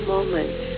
moment